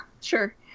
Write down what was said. Sure